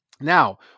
Now